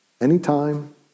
Anytime